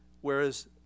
whereas